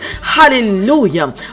Hallelujah